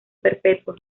perpetuo